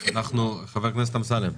חבר הכנסת אמסלם,